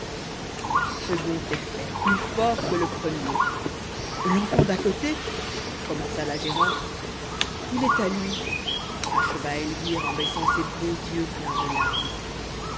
second effet plus fort que le premier l'enfant dà côté commença la gérante il est à lui acheva elvire en baissant ses beaux yeux pleins de larmes